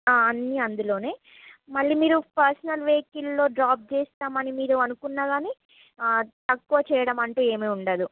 అన్నీ అందులోనే మళ్ళీ మీరు పర్సనల్ వెహికిల్లో డ్రాప్ చేస్తామని మీరు అనుకున్నా కానీ తక్కువ చేయడం అంటూ ఏమీ ఉండదు